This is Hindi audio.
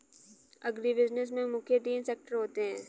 अग्रीबिज़नेस में मुख्य तीन सेक्टर होते है